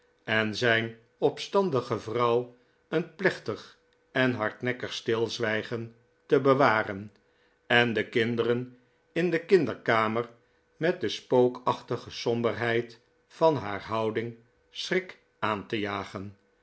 en zijn opstandige vrouw een plechtig en hardnekkig stilzwijgen te bewaren en de kinderen in de kinderkamer met de spookachtige somberheid van haar houding schrik aan te jagen